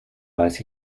weiß